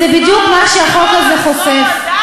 וזה בדיוק מה שהחוק הזה חושף.